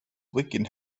wicked